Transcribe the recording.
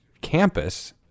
campus